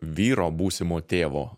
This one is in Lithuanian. vyro būsimo tėvo